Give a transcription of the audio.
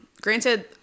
Granted